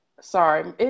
sorry